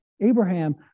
Abraham